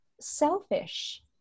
selfish